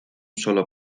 sólo